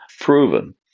proven